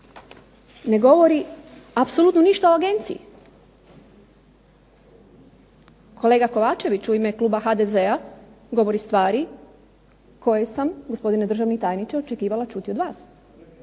ne govori apsolutno ništa o Agenciji. Kolega Kovačević u ime kluba HDZ-a govori stvari koje sam gospodine državni tajniče očekivala čuti od vas,